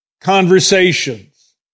conversations